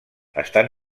estan